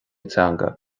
teanga